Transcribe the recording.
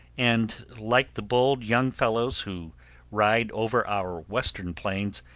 and, like the bold young fellows who ride over our western plains,